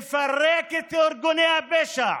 לפרק את ארגוני הפשע.